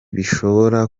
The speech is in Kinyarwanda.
bishobora